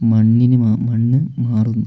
മണ്ണിന് മണ്ണ് മാറുന്നു